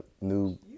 new